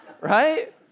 right